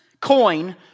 coin